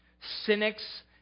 Cynics